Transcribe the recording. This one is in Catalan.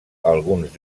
alguns